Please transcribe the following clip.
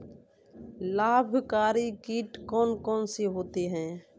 लाभकारी कीट कौन कौन से होते हैं?